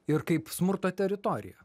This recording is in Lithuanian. ir kaip smurto teritoriją